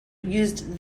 used